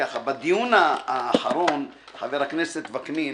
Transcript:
בדיון האחרון, חבר הכנסת וקנין,